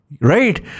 Right